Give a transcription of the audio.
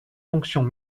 fonctions